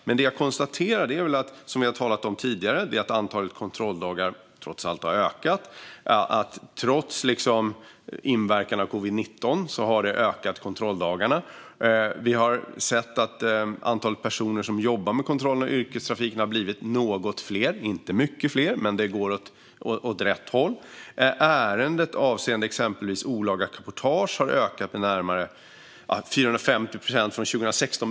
Men som vi har talat om tidigare har antalet kontrolldagar ökat, trots inverkan av covid-19. Antalet personer som jobbar med kontroll av yrkestrafiken har också blivit något större - inte mycket större, men det går åt rätt håll. Ärenden avseende exempelvis olaga cabotage har ökat med närmare 450 procent sedan 2016.